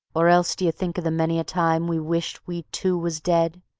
or else d'ye think of the many a time we wished we too was dead,